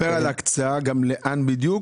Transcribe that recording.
אתה מדבר על הקצאה גם לאן בדיוק.